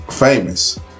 famous